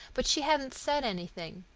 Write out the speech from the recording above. but she hadn't said anything.